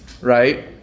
right